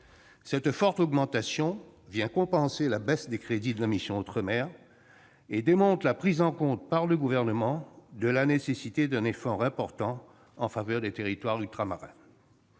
Cette forte augmentation vient compenser la baisse des crédits de la mission « Outre-mer » et démontre la prise en compte, par le Gouvernement, de la nécessité d'un effort important en faveur des territoires ultramarins.